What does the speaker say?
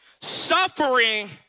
suffering